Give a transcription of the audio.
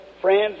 friends